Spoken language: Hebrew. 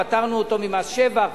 פטרנו אותו ממס שבח,